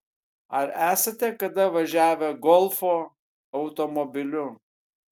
ar esate kada važiavę golfo automobiliu